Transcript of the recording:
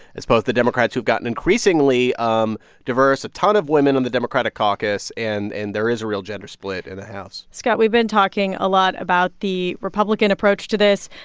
it's both the democrats who've gotten increasingly um diverse a ton of women on the democratic caucus. and and there is a real gender split in the house scott, we've been talking a lot about the republican approach to this.